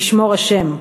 תשמור השם.